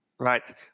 Right